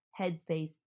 headspace